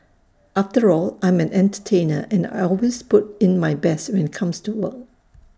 after all I'm an entertainer and I always put in my best when comes to work